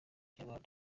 inyarwanda